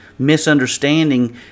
misunderstanding